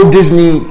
Disney